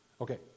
Okay